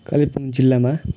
कालेबुङ जिल्लामा